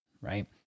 right